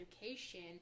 education